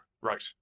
right